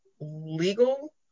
legal